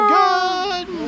good